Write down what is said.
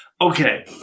Okay